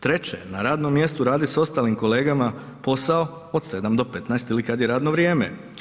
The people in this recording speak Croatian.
Treće, na radnom mjestu raditi sa ostalim kolegama posao od 7 do 15 ili kad je radno vrijeme.